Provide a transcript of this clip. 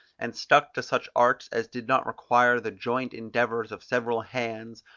and stuck to such arts as did not require the joint endeavours of several hands,